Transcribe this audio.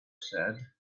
said